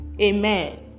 Amen